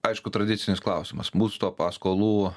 aišku tradicinis klausimas būsto paskolų